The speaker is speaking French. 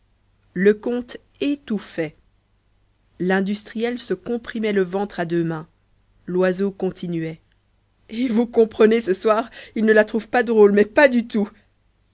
le comte étouffait l'industriel se comprimait le ventre à deux mains loiseau continuait et vous comprenez ce soir il ne la trouve pas drôle mais pas du tout